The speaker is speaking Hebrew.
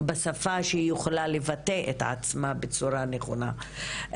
בשפה שבה היא יכולה לבטא את עצמה בצורה נכונה,